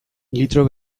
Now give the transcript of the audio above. litro